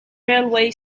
railway